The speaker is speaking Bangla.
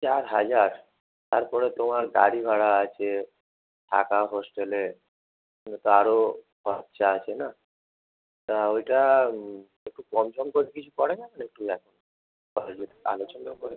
চার হাজার তারপরে তোমার গাড়ি ভাড়া আছে থাকা হোস্টেলে তো তারও খরচা আছে না তা ওইটা একটু কম সম করে কিছু করা যাবে একটু দেখো না কলেজে একটু আলোচনা করে